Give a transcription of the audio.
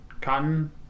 cotton